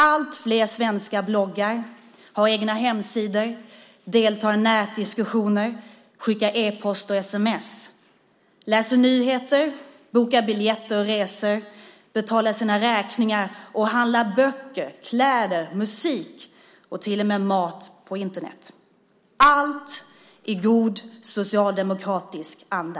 Allt fler svenskar bloggar, har egna hemsidor, deltar i nätdiskussioner, skickar e-post och sms, läser nyheter, bokar biljetter och resor, betalar sina räkningar och handlar böcker, kläder, musik och till och med mat via Internet - allt i god socialdemokratisk anda.